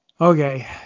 Okay